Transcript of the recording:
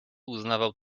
uznawał